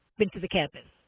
been to the campus.